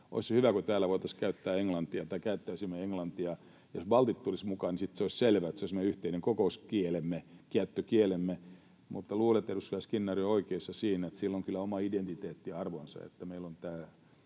olisi se hyvä, kun täällä voitaisiin käyttää englantia tai käyttäisimme englantia. Jos baltit tulisivat mukaan, niin sitten se olisi selvä, että se olisi meidän yhteinen kokouskielemme, käyttökielemme. Mutta luulen, että edustaja Skinnari on oikeassa siinä, että sillä on kyllä oma identiteettiarvonsa,